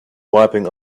wiping